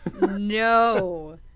No